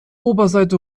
oberseite